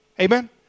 Amen